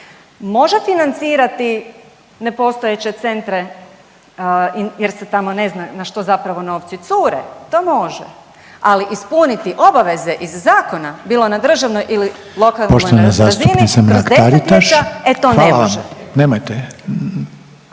Može financirati nepostojeće centre jer se tamo ne zna na što zapravo novci cure, to može, ali ispuniti obaveze iz zakona bilo na državnoj ili lokalnoj razini kroz desetljeća, e to ne može.